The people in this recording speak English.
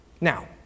Now